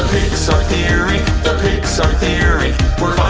so theory, the pixar theory we're